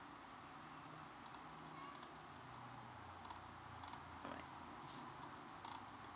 alright